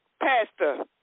Pastor